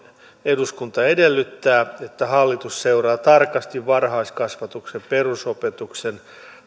eduskunta edellyttää että hallitus seuraa tarkasti varhaiskasvatukseen perusopetukseen